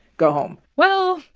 go home well,